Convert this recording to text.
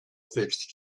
fixed